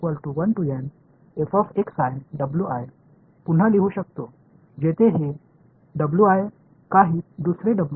எனவே நாம் செய்ததை ஒரு குவாடுரேசா் விதி என்றும் கூறுவீர்களா